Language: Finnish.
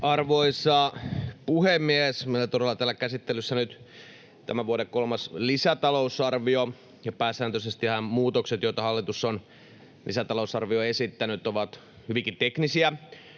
Arvoisa puhemies! Meillä on todella täällä käsittelyssä nyt tämän vuoden kolmas lisätalousarvio, ja pääsääntöisestihän muutokset, joita hallitus on lisätalousarvioon esittänyt, ovat hyvinkin teknisiä.